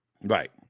right